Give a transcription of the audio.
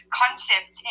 concept